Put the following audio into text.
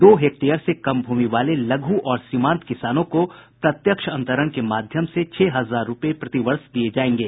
दो हेक्टेयर से कम भूमि वाले लघू और सीमांत किसानों को प्रत्यक्ष अंतरण के माध्यम से छह हजार रूपये प्रतिवर्ष दिये जायेंगे